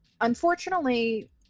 unfortunately